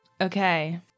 Okay